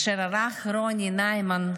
אשר ערך רוני ניימן,